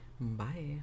Bye